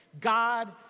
God